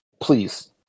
please